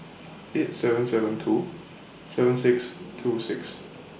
eight seven seven two seven six two six